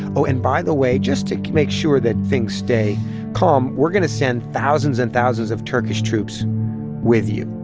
oh, and by the way, just to make sure that things stay calm, we're going to send thousands and thousands of turkish troops with you.